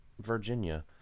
Virginia